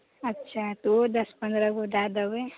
अच्छा तऽ ओहो दस पन्द्रह गो दए देबै